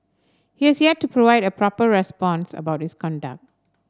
he has yet to provide a proper response about his conduct